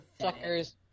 Suckers